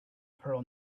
pearl